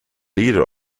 leader